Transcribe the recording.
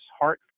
heart